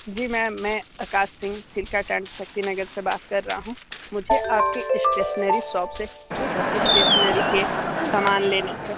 जी ma'am मैं आकाश सिंह सीलकाटन शक्तिनगर से बात कर रहा हूँ मुझे आपकी स्टेशनरी शॉप से कुछ स्टेशनरी के सामान लेने थे